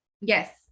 Yes